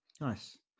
Nice